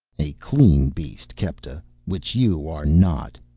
a clean beast, kepta, which you are not.